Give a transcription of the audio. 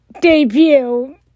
debut